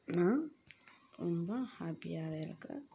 நான் ரொம்ப ஹேப்பியாகவே இருக்கிறேன்